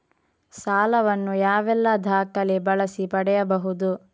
ಸಾಲ ವನ್ನು ಯಾವೆಲ್ಲ ದಾಖಲೆ ಬಳಸಿ ಪಡೆಯಬಹುದು?